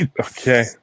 Okay